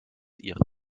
ihre